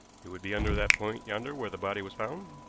it would be under that point yonder where the body was found,